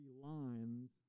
lines